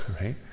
right